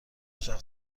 دوچرخه